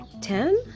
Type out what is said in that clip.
Ten